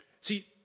See